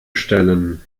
stellen